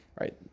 right